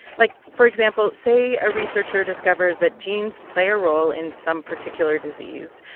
like, for example, say a researcher discovers that genes play a role in some particular disease.